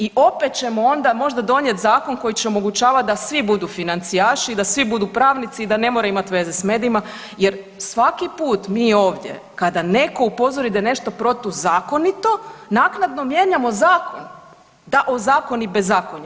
I opet ćemo onda možda donijeti zakon koji će omogućavati da svi budu financijaši i da svi budu pravnici i da ne moraju imati veze s medijima jer svaki put mi ovdje kada netko upozori da je nešto protuzakonito naknadno mijenjamo zakon da ozakoni bezakonje.